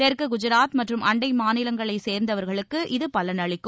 தெற்கு குஜராத் மற்றும் அண்டை மாநிலங்களைச் சேர்ந்தவர்களுக்கு இது பயனளிக்கும்